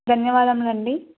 ధన్యవాదములు అండి